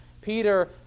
Peter